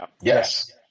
Yes